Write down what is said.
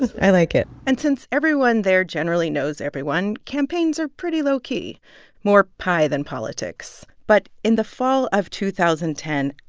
i like it and since everyone there generally knows everyone, campaigns are pretty low-key more pie than politics. but in the fall of two thousand and ten,